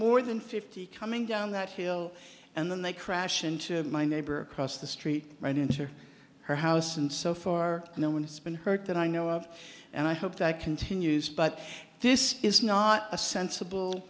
more than fifty coming down that hill and then they crash into my neighbor across the street right into her house and so far no one has been hurt that i know of and i hope that continues but this is not a sensible